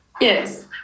Yes